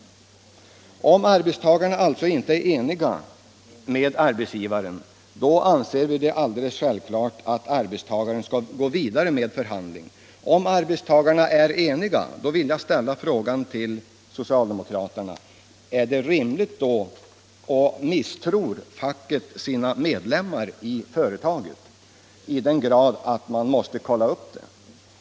Om arbetstagarna alltså inte är eniga med arbetsgivaren, anser vi det alldeles självklart att arbetsgivaren skall ha skyldighet att gå vidare med förhandlingen. Men om arbetstagare och arbetsgivare är eniga, vill jag ställa frågan till socialdemokraterna: Är det rimligt, och misstror facket sina medlemmar i företaget till den grad, att man måste kolla upp det?